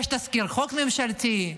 יש תזכיר חוק ממשלתי?